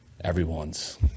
everyone's